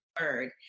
word